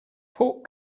pork